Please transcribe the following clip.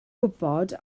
gwybod